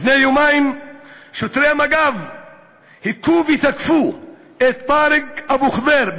לפני יומיים שוטרי מג"ב הכו ותקפו את טארק אבו ח'דיר,